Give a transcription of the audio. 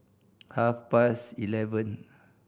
half past eleven